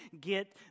get